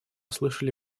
слышали